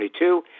2022